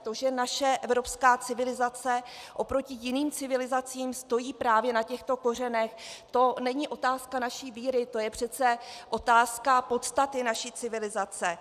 To, že naše evropská civilizace oproti jiným civilizacím stojí právě na těchto kořenech, to není otázka naší víry, to je přece otázka podstaty naší civilizace.